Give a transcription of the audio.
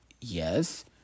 Yes